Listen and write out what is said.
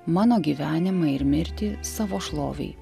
mano gyvenimą ir mirtį savo šlovei